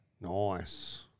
Nice